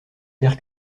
terre